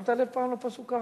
שמת לב פעם לפסוק?